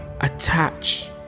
attach